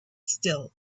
still